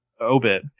obit